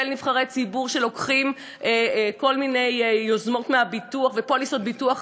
נבחרי ציבור שלוקחים כל מיני יוזמות מהביטוח ופוליסות ביטוח,